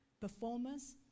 performers